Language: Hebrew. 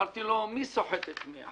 אמרתי לו: מי סוחט את מי?